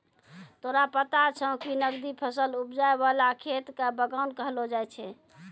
तोरा पता छौं कि नकदी फसल उपजाय वाला खेत कॅ बागान कहलो जाय छै